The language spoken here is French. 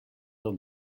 dans